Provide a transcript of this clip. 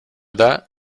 that